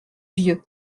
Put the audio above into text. vieux